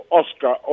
oscar